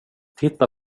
titta